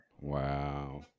Wow